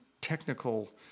technical